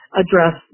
address